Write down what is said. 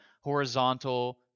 horizontal